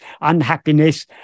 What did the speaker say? unhappiness